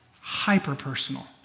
hyper-personal